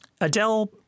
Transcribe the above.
Adele